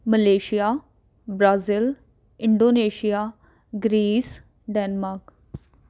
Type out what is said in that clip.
Malaysia Brazil Indonesia Greece Denmark